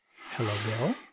Hello